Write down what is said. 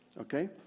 okay